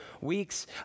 weeks